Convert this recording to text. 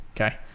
okay